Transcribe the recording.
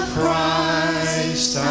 Christ